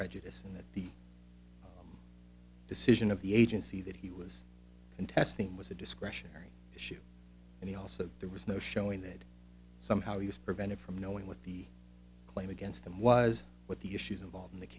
prejudice and that the decision of the agency that he was contesting was a discretionary issue and he also there was no showing that somehow he was prevented from knowing what the claim against him was what the issues involved in th